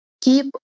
keep